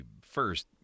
first